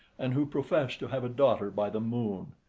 and who professed to have a daughter by the moon.